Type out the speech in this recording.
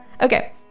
okay